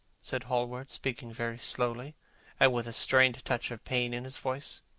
said hallward, speaking very slowly and with a strained touch of pain in his voice.